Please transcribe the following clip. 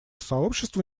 сообществу